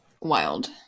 Wild